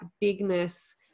bigness